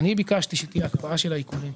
ביקשתי שתהיה הקפאה של העיקולים,